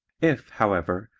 if, however,